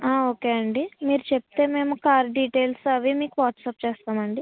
ఆ ఓకే అండి మీరు చెప్తే మేము కార్ డీటెయిల్స్ అవి అన్ని వాట్సప్ చేస్తాం అండి